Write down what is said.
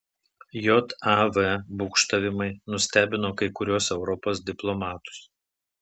jav būgštavimai nustebino kai kuriuos europos diplomatus